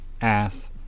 Ass